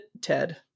Ted